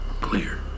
clear